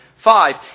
five